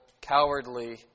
cowardly